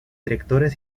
directores